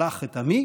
שלח את עמי.